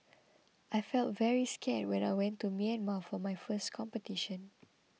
I felt very scared when I went to Myanmar for my first competition